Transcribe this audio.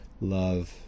love